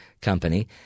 Company